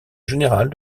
générale